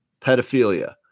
pedophilia